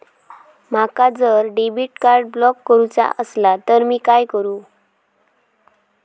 माका जर debit card block करूचा असला तर मी काय करू?